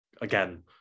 again